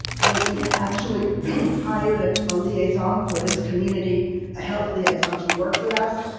that we had actually hired ah a liaison for this community, a health liaison to work with us,